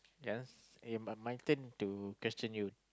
yes eh but my turn to question you